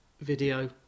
video